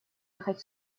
ехать